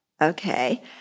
okay